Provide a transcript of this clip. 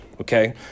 okay